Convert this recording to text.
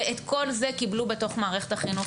ואת כל זה קיבלו בתוך מערכת החינוך,